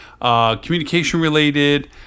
communication-related